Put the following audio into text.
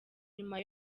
nyuma